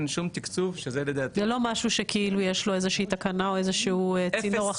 זה לא משהו שיש לו איזושהי תקנה או איזשהו צינור.